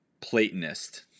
platonist